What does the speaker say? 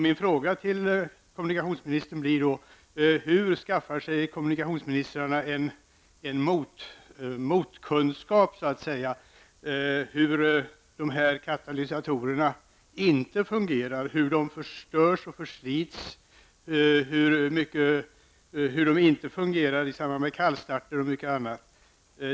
Min fråga till kommunikationsministern blir: Hur skaffar sig kommunikationsministrarna ''motkunskap'' -- t.ex. kunskap om hur katalysatorerna inte fungerar, hur de förstörs och förslits, att de inte fungerar i samband med kallstarter och mycket annat?